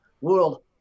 world